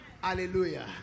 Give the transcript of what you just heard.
Hallelujah